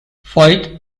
foyt